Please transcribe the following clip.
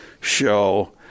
show